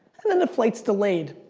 and then the flight's delayed.